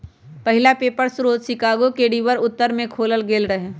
पहिला पेपर स्रोत शिकागो के रिवर उत्तर में खोलल गेल रहै